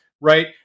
right